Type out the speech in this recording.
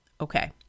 Okay